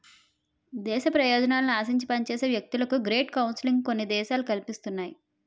దేశ ప్రయోజనాలను ఆశించి పనిచేసే వ్యక్తులకు గ్రేట్ కౌన్సిలింగ్ కొన్ని దేశాలు కల్పిస్తున్నాయి